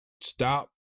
stop